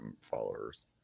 followers